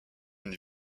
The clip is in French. une